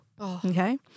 Okay